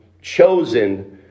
chosen